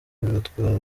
bibatwara